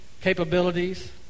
capabilities